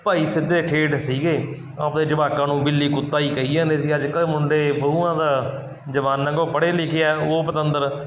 ਭਾਈ ਸਿੱਧੇ ਠੇਠ ਸੀਗੇ ਆਪਣੇ ਜਵਾਕਾਂ ਨੂੰ ਬਿੱਲੀ ਕੁੱਤਾ ਹੀ ਕਹੀ ਜਾਂਦੇ ਸੀ ਅੱਜ ਕੱਲ੍ਹ ਮੁੰਡੇ ਬਹੂਆਂ ਦਾ ਜਵਾਨ ਅੱਗੋ ਪੜ੍ਹੇ ਲਿਖੇ ਆ ਉਹ ਪਤੰਦਰ